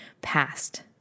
past